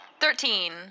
Thirteen